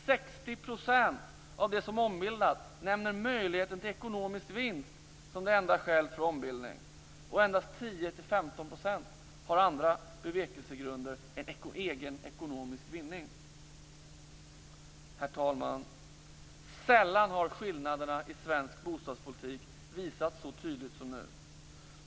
60 % av de som ombildat nämner möjligheten till ekonomisk vinst som enda skäl för ombildning, och endast 10-15 % har andra bevekelsegrunder än egen ekonomisk vinning. Herr talman! Sällan har skillnaderna i svensk bostadspolitik visats så tydligt som nu.